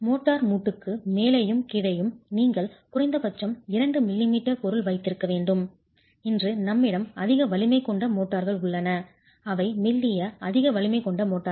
mortar மூட்டுக்கு மேலேயும் கீழேயும் நீங்கள் குறைந்தபட்சம் 2 மில்லிமீட்டர் பொருள் வைத்திருக்க வேண்டும் இன்று நம்மிடம் அதிக வலிமை கொண்ட மோர்ட்டார்கள் உள்ளன அவை மெல்லிய அதிக வலிமை கொண்ட மோர்ட்டார்கள்